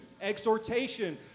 Exhortation